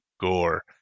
Gore